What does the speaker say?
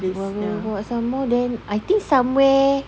ah go up go up some more then I think somewhere